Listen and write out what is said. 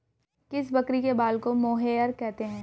किस बकरी के बाल को मोहेयर कहते हैं?